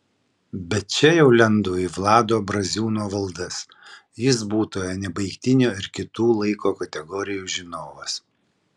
bet čia jau lendu į vlado braziūno valdas jis būtojo nebaigtinio ir kitų laiko kategorijų žinovas